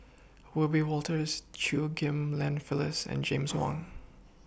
Wiebe Wolters Chew Ghim Lian Phyllis and James Wong